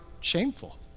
shameful